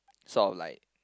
sort of like